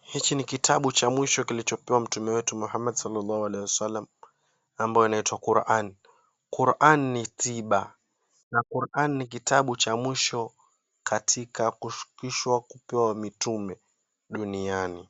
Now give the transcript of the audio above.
Hichi ni kitabu cha mwisho kilochopewa Mtume wetu Muhammad Swalaahem Aliswalahm, ambayo inaitwa Kurani. Kurani ni tiba, na Kurani ni kitabu cha mwisho katika ushukishwo kupewa Mtume duniani,